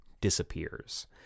disappears